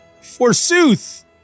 forsooth